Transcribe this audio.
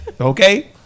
Okay